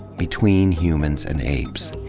between humans and apes.